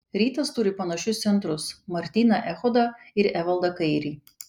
rytas turi panašius centrus martyną echodą ir evaldą kairį